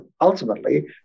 ultimately